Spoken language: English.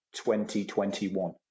2021